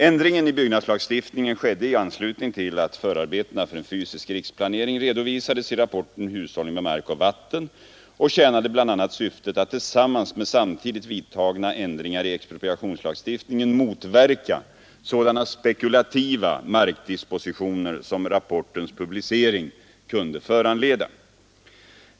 Ändringen i byggnadslagstiftningen skedde i anslutning till att förarbetena för en fysisk riksplanering redovisades i rapporten Hushållning med mark och vatten och tjänade bl.a. syftet att tillsammans med samtidigt vidtagna ändringar i expropriationslagstiftningen motverka sådana spekulativa markdispositioner som rapportens publicering kunde föranleda.